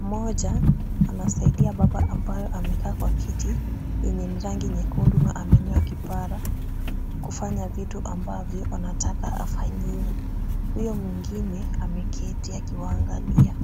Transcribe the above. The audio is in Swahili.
Mmoja anasaidia baba ambayo amekaa kwa kiti yenye ni rangi nyekundu na amenyoa kipara, kufanya vitu ambavyo anataka afanyiwe. Huyo mwingine ameketi akiwaangalia.